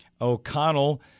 O'Connell